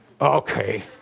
Okay